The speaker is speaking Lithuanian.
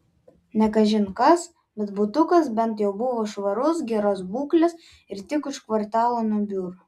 ne kažin kas bet butukas bent jau buvo švarus geros būklės ir tik už kvartalo nuo biuro